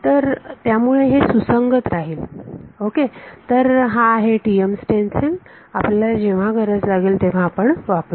तर त्यामुळे हे सुसंगत राहील ओके तर हा आहे TM स्टेन्सिल आपल्याला जेव्हा गरज लागेल तेव्हा आपण वापरू